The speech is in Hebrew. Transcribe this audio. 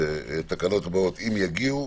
ונכתוב שהתקנות הבאות אם יופיעו,